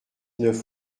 neuf